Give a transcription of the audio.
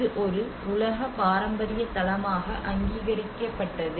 இது ஒரு உலக பாரம்பரிய தளமாக அங்கீகரிக்கப்பட்டது